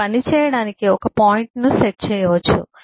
ఇది పనిచేయడానికి ఒక పాయింట్ను సెట్ చేయవచ్చు